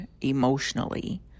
emotionally